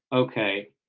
ok,